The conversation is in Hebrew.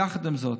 יחד עם זאת,